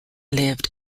lived